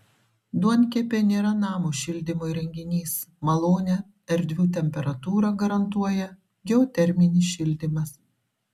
duonkepė nėra namo šildymo įrenginys malonią erdvių temperatūrą garantuoja geoterminis šildymas